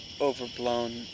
overblown